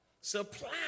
Supply